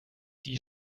die